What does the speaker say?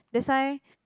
that's why